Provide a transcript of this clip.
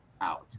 out